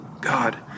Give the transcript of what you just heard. God